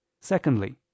Secondly